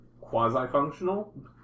quasi-functional